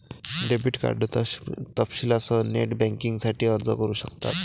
debit card तपशीलांसह net बँकिंगसाठी अर्ज करू शकतात